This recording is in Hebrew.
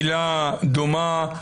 מילה דומה.